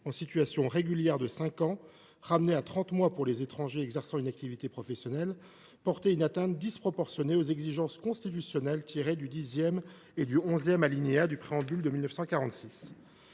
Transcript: en situation régulière de cinq ans, ou de trente mois pour les étrangers exerçant une activité professionnelle, portait une atteinte disproportionnée aux exigences constitutionnelles tirées des dixième et onzième alinéas du préambule de la